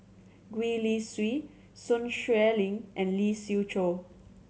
Gwee Li Sui Sun Xueling and Lee Siew Choh